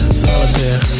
solitaire